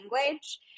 language